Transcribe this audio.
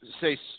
say